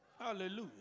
Hallelujah